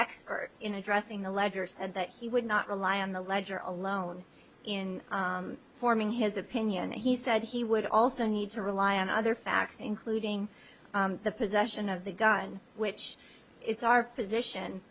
expert in addressing the ledger said that he would not rely on the ledger alone in forming his opinion he said he would also need to rely on other facts including the possession of the gun which is our p